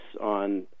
on